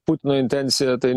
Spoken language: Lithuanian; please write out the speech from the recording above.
putino intencija tai